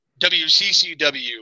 WCCW